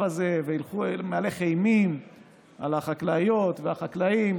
הזה ומהלך אימים על החקלאות ועל החקלאים.